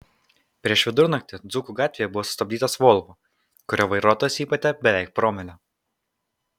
prieš vidurnaktį dzūkų gatvėje buvo sustabdytas volvo kurio vairuotojas įpūtė beveik promilę